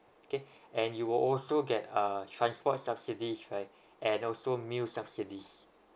okay and you'll also get uh transport subsidies right and also meal subsidies